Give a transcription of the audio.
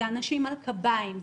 זה אנשים על קביים,